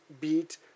beat